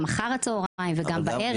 פתחו שדות קליניים גם אחר הצוהריים ובערב.